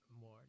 more